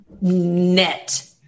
net